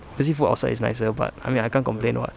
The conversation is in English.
basically food outside is nicer but I mean I can't complain [what]